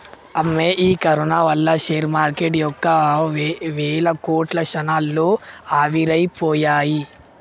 అమ్మో ఈ కరోనా వల్ల షేర్ మార్కెటు యొక్క వేల కోట్లు క్షణాల్లో ఆవిరైపోయాయి